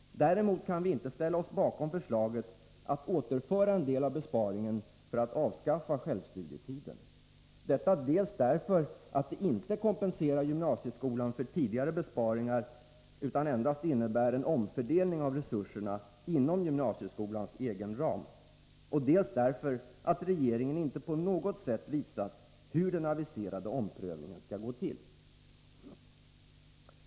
Däremot kan vi inte ställa oss bakom förslaget att återföra en del av besparingen för att avskaffa självstudietiden, detta dels därför att det inte kompenserar gymnasieskolan för tidigare besparingar utan endast innebär en omfördelning av resurserna inom gymnasieskolans egen ram, dels därför att regeringen inte på något sätt visat hur den aviserade omprövningen skall gå till.